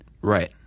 Right